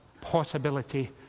possibility